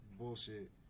bullshit